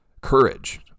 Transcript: Courage